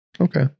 Okay